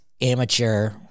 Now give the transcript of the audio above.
amateur